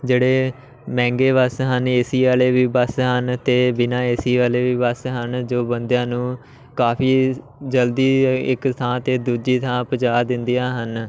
ਜਿਹੜੇ ਮਹਿੰਗੇ ਬੱਸ ਹਨ ਏ ਸੀ ਵਾਲੇ ਵੀ ਬੱਸ ਹਨ ਅਤੇ ਬਿਨਾਂ ਏ ਸੀ ਵਾਲੇ ਵੀ ਬੱਸ ਹਨ ਜੋ ਬੰਦਿਆਂ ਨੂੰ ਕਾਫੀ ਜਲਦੀ ਇੱਕ ਥਾਂ ਤੋਂ ਦੂਜੀ ਥਾਂ ਪਹੁੰਚਾ ਦਿੰਦੀਆਂ ਹਨ